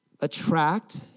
attract